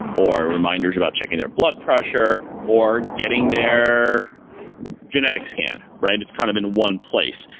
or reminders about checking their blood pressure or getting their genetic scan, right? it's kind of in one place.